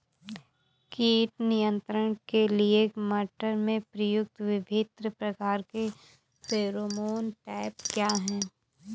कीट नियंत्रण के लिए मटर में प्रयुक्त विभिन्न प्रकार के फेरोमोन ट्रैप क्या है?